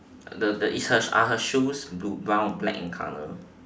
the the is her are her shoes blu~ brown black in colour